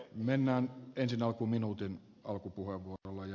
mennään ensi alkuun minuutin alkupuheenvuoroilla